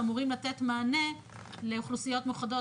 שאמורים לתת מענה לאוכלוסיות מיוחדות,